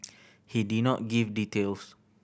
he did not give details